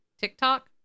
TikTok